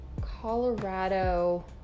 Colorado